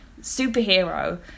superhero